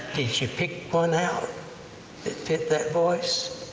you pick one out that fit that voice?